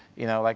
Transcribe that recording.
you know, like